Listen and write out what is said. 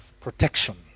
protection